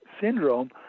syndrome